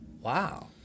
Wow